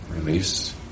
Release